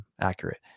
accurate